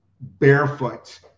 barefoot